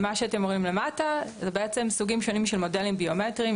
מה שאתם רואים למטה אלה סוגים שונים של מודלים ביומטריים.